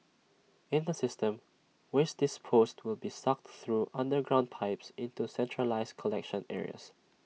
in the system waste disposed will be sucked through underground pipes into centralised collection areas